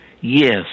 Yes